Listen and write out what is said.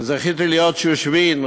זכיתי להיות שושבין,